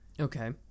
Okay